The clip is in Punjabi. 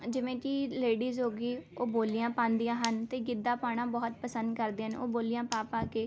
ਜਿਵੇਂ ਕਿ ਲੇਡੀਜ਼ ਹੋ ਗਈ ਉਹ ਬੋਲੀਆਂ ਪਾਉਂਦੀਆਂ ਹਨ ਅਤੇ ਗਿੱਧਾ ਪਾਉਣਾ ਬਹੁਤ ਪਸੰਦ ਕਰਦੀਆਂ ਹਨ ਉਹ ਬੋਲੀਆਂ ਪਾ ਪਾ ਕੇ